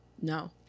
no